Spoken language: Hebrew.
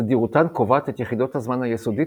תדירותן קובעת את יחידת הזמן היסודית